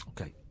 Okay